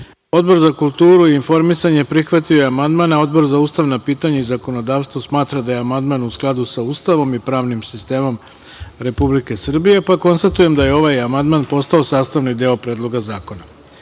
za kulturu i informisanje prihvatio je amandman. Odbor za ustavna pitanja i zakonodavstvo smatra da je amandman u skladu sa Ustavom i pravnim sistemom Republike Srbije. Konstatujem da je ovaj amandman postao sastavni deo Predloga zakona. Sada,